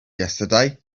yesterday